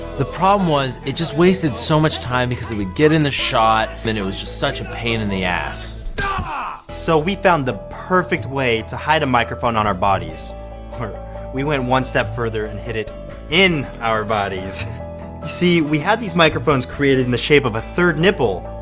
the problem was it just wasted so much time because it would get in the shot then it was just such a pain in the ass ah so we found the perfect way to hide a microphone on our bodies we went one step further and hid it in our bodies see, we had these microphones created in the shape of a third nipple,